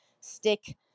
stick